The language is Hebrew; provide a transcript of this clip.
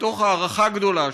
מתוך הערכה גדולה,